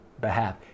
behalf